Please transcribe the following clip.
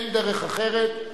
אין דרך אחרת.